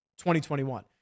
2021